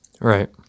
Right